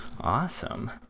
Awesome